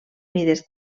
mides